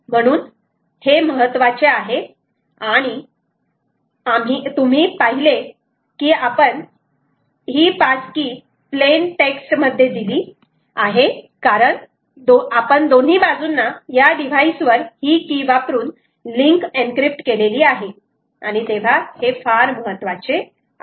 म्हणून हे महत्त्वाचे आहे आणि तुम्ही पाहिले की आपण ही पास की प्लेन टेक्स्ट मध्ये दिली आहे कारण आपण दोन्ही बाजूंना या डिव्हाइस वर ही की वापरून लिंक एनक्रिप्ट केलेली आहे आणि तेव्हा हे फार महत्वाचे आहे